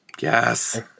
Yes